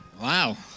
Wow